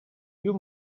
you